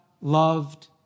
loved